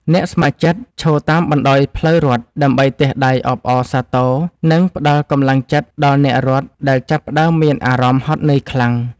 អ្នកស្ម័គ្រចិត្តឈរតាមបណ្ដោយផ្លូវរត់ ដើម្បីទះដៃអបអរសាទរ និងផ្ដល់កម្លាំងចិត្តដល់អ្នករត់ដែលចាប់ផ្ដើមមានអារម្មណ៍ហត់នឿយខ្លាំង។